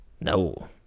no